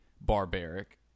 barbaric